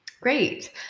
Great